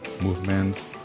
movements